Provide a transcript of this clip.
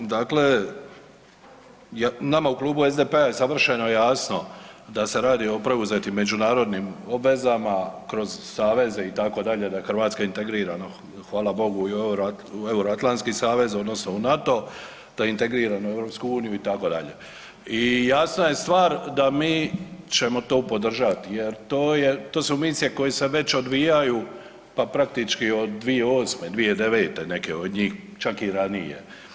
Dakle, nama u Klubu SDP-a je savršeno jasno da se radi o preuzetim međunarodnim obvezama kroz saveze itd. da je Hrvatska integrirana, hvala Bogu, i u euroatlantski savez odnosno u NATO, da je integrirana u EU itd. i jasna je stvar da mi ćemo to podržati jer to je, to su misije koje se već odvijaju, pa praktički od 2008., 2009. neke od njih, čak i ranije.